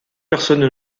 personne